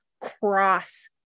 cross